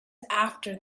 after